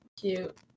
cute